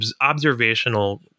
observational